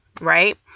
right